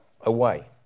away